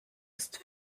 ist